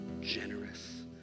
generous